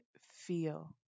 feel